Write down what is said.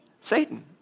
Satan